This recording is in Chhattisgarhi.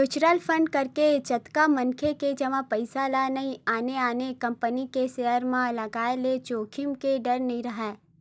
म्युचुअल फंड कके चलत मनखे के जमा पइसा ल आने आने कंपनी के सेयर म लगाय ले जोखिम के डर नइ राहय